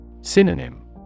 Synonym